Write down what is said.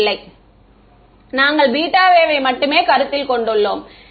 மாணவர் நாங்கள் பீட்டா வேவ்வை மட்டுமே கருத்தில் கொண்டுள்ளோம் குறிப்பு நேரம் 1256